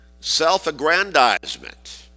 self-aggrandizement